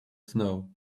snow